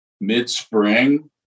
mid-spring